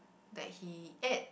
that he ate